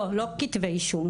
לא כתבי אישום.